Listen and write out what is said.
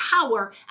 power